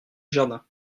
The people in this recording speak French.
jardin